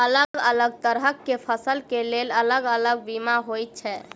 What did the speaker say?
अलग अलग तरह केँ फसल केँ लेल अलग अलग बीमा होइ छै?